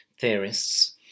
theorists